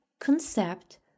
concept